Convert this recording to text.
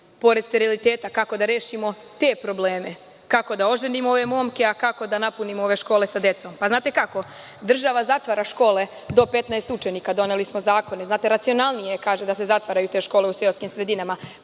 Pored steriliteta, kako da rešimo te probleme? Kako da oženimo ove momke, a kako da napunimo ove škole sa decom? Znate kako, država zatvara škole do 15 učenika, doneli smo zakone. Znate, racionalnije kaže da se zatvaraju te škole u seoskim sredinama.